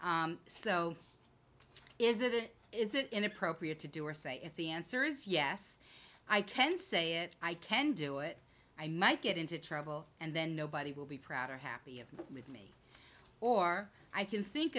so is it it is it inappropriate to do or say if the answer is yes i can say it i can do it i might get into trouble and then nobody will be proud or happy of with or i can think